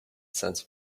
sense